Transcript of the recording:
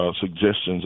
suggestions